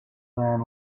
then